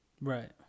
Right